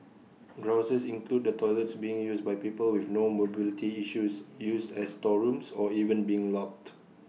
grouses include the toilets being used by people with no mobility issues used as storerooms or even being locked